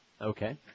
Okay